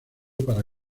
para